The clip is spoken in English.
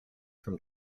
from